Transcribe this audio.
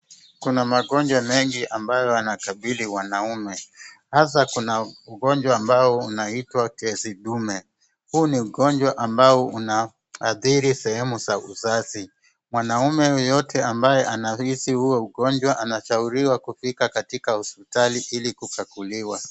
Kuna magonjwa mengi ambayo yanakabili wanaume, hasa kuna ugonjwa ambao unaitwa tezi dume. Huu ni ugonjwa ambao unaadhiri sehemu za uzazi, mwanaume yeyote ambaye anahisi huo ugonjwa anashauiriwa kufika katika hosiptali ili kukaguliwa.